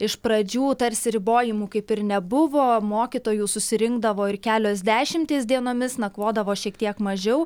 iš pradžių tarsi ribojimų kaip ir nebuvo mokytojų susirinkdavo ir kelios dešimtys dienomis nakvodavo šiek tiek mažiau